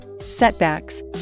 setbacks